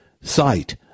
sight